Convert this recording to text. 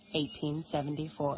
1874